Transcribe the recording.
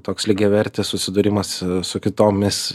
toks lygiavertis susidūrimas su kitomis